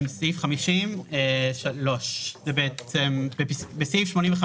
50.תיקון פקודת מס הכנסה בפקודת מס הכנסה (נוסח חדש) (3)בסעיף 85(ד),